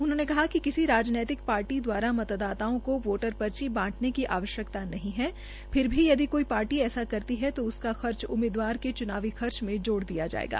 उन्होंने कहा कि किसी राजनैतिक ार्टी द्वारा मतदाताओं को वोटर स्लि बांटने की आवश्यकता नही हैं फिर भी यदि कोई शार्टी ऐसा करती है तो उसका खर्च उम्मीदवार के च्नावी खर्च में जोड़ दिया जाएगा